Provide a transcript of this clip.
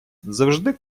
завжди